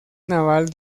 naval